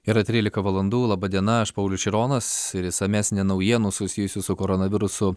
yra trylika valandų laba diena aš paulius šironas ir išsamesnė naujienų susijusių su koronavirusu